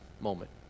Moment